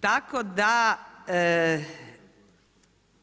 Tako da